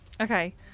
okay